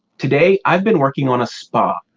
today i've been working on a spa,